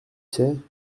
sais